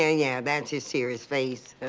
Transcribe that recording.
yeah, yeah, that's his serious face.